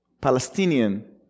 Palestinian